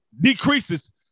decreases